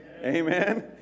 Amen